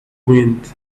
wind